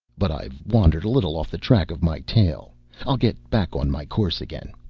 but i've wandered a little off the track of my tale i'll get back on my course again.